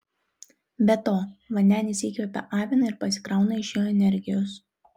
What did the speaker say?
be to vandenis įkvepią aviną ir pasikrauna iš jo energijos